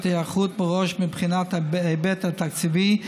היערכות מראש מבחינת ההיבט התקציבי,